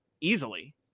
easily